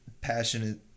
passionate